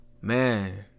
man